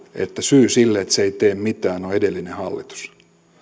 että syy sille että se ei tee mitään on edellinen hallitus